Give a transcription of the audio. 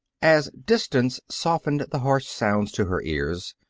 as distance softened the harsh sounds to her ears,